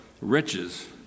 riches